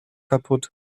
kaputt